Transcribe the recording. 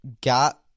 got